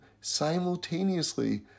simultaneously